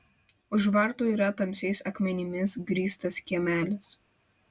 už vartų yra tamsiais akmenimis grįstas kiemelis